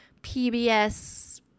PBS